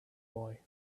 boy